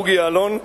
בוגי יעלון,